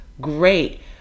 great